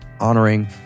honoring